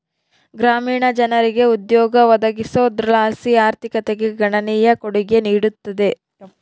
ಗ್ರಾಮೀಣ ಜನರಿಗೆ ಉದ್ಯೋಗ ಒದಗಿಸೋದರ್ಲಾಸಿ ಆರ್ಥಿಕತೆಗೆ ಗಣನೀಯ ಕೊಡುಗೆ ನೀಡುತ್ತದೆ